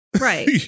right